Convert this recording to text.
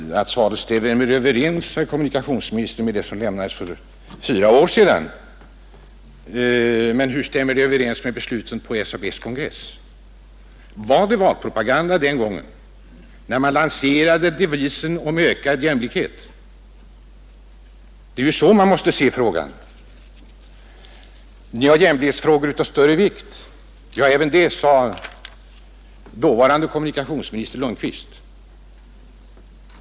Herr talman! Svaret stämmer överens med det svar som lämnades för fyra år sedan, herr kommunikationsminister, men hur stämmer det överens med besluten på SAP:s kongress? Var det valpropaganda den gången när man lanserade devisen om ökad jämlikhet? Det är så saken måste ses. Vi har jämlikhetsfrågor av större vikt, säger herr kommunikationsministern; även det sade dåvarande kommunikationsministern Lundkvist.